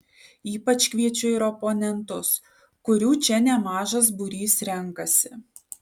ypač kviečiu ir oponentus kurių čia nemažas būrys renkasi